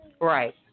Right